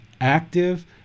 active